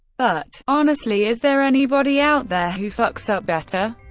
but, honestly, is there anybody out there who fucks up better?